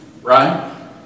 Right